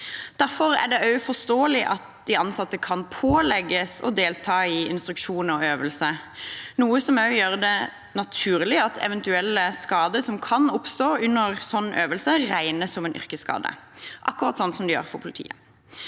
Derfor er det også forståelig at de ansatte kan pålegges å delta i instruksjoner og øvelser, noe som gjør det naturlig at eventuelle skader som kan oppstå under slik øvelse, regnes som en yrkesskade, akkurat slik det gjør for politiet.